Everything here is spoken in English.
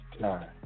time